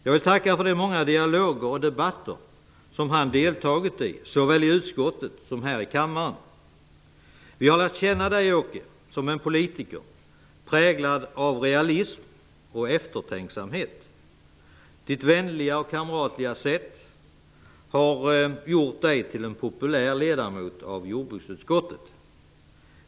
Jag vill tacka för de många dialoger och debatter som han deltagit i såväl i utskottet som här i kammaren. Jag har lärt känna Åke Selberg som en politiker präglad av realism och eftertänksamhet. Hans vänliga och kamratliga sätt har gjort honom till en populär ledamot av jordbruksutskottet.